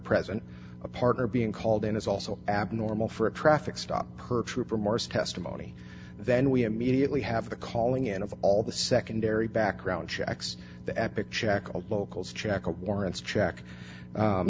present a partner being called in is also abnormal for a traffic stop per trooper morse testimony then we immediately have the calling in of all the secondary background checks the epic check of locals check a warrants check